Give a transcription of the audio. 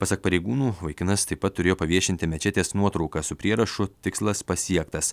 pasak pareigūnų vaikinas taip pat turėjo paviešinti mečetės nuotraukas su prierašu tikslas pasiektas